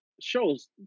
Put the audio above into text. Shows